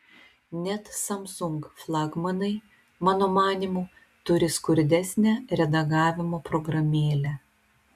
net samsung flagmanai mano manymu turi skurdesnę redagavimo programėlę